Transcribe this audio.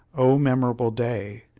oh, memorable day!